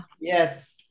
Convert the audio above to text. yes